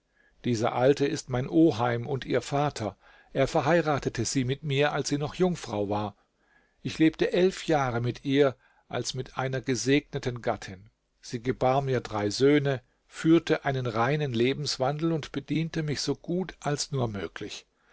dieser alte ist mein oheim und ihr vater er verheiratete sie mit mir als sie noch jungfrau war ich lebte elf jahre mit ihr als mit einer gesegneten gattin sie gebar mir drei söhne führte einen reinen lebenswandel und bediente mich so gut als nur möglich